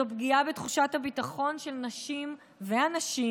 זו פגיעה בתחושת הביטחון של נשים ואנשים,